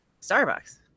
Starbucks